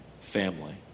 family